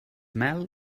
mel